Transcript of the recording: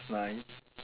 ~s nice